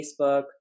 Facebook